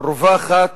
רווחת